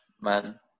man